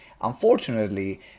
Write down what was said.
Unfortunately